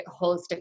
holistic